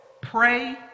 pray